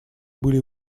были